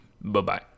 Bye-bye